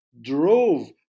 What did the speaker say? drove